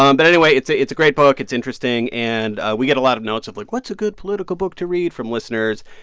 um but anyway, it's ah it's a great book. it's interesting. and we get a lot of notes of, like, what's a good political book to read, from listeners.